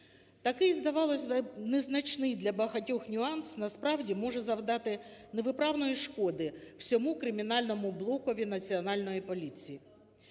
Такий, здавалось би, незначний для багатьох нюанс, насправді, може завдати невиправної шкоди всьому кримінальному блокові Національної поліції.